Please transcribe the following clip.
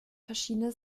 verschiedene